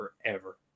forever